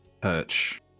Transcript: perch